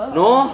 no